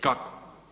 Kako?